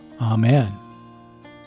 Amen